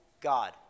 God